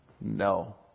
no